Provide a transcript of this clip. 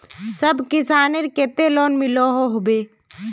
सब किसानेर केते लोन मिलोहो होबे?